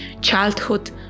childhood